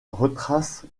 retrace